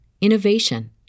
innovation